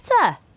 better